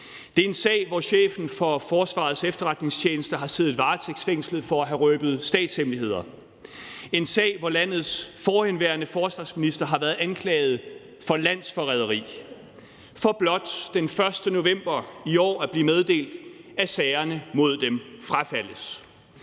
Det er en sag, hvor chefen for Forsvarets Efterretningstjeneste har siddet varetægtsfængslet for at have røbet statshemmeligheder og landets forhenværende forsvarsminister har været anklaget for landsforræderi for blot den 1. november i år at blive meddelt, at sagerne mod dem frafaldes.